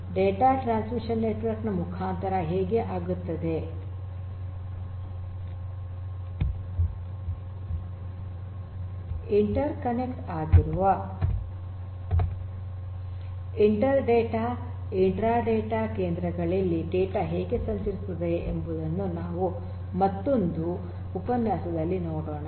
data transmission network ನ ಮುಖಾಂತರ ಹೇಗೆ ಆಗುತ್ತದೆ ಇಂಟರ್ ಕನೆಕ್ಟ್ ಆಗಿರುವ ಇಂಟರ್ ಡೇಟಾ ಕೇಂದ್ರ ಇಂಟ್ರಾ ಡೇಟಾ ಕೇಂದ್ರ ಗಳಲ್ಲಿ ಡೇಟಾ ಹೇಗೆ ಸಂಚರಿಸುತ್ತದೆ ಎಂಬುದನ್ನು ನಾವು ಮತ್ತೊಂದು ಉಪನ್ಯಾಸದಲ್ಲಿ ನೋಡೋಣ